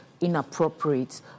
inappropriate